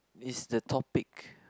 is the topic